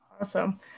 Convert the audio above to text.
Awesome